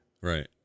right